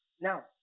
Now